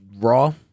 Raw